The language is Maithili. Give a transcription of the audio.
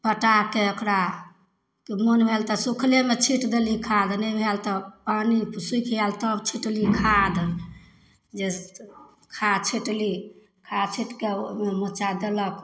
पटाके ओकरा मोन भेल तऽ सुखलेमे छीटि देली खाद नहि भेल तऽ पानि सुखि गेल तब छिटली खाद जे खाद छिटली खाद छिटिके ओहिमे मोचा देलक